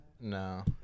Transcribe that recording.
No